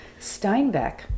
Steinbeck